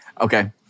Okay